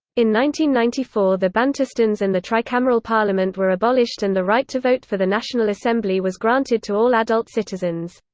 ninety ninety four the bantustans and the tricameral parliament were abolished and the right to vote for the national assembly was granted to all adult citizens.